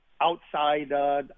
outside